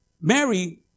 Mary